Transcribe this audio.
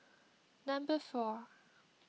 number four